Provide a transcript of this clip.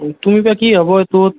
তুমি বা কি ভাব এইটোত